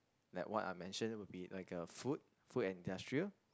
like what I mention will be like a food food industrial